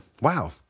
Wow